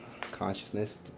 consciousness